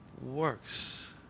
works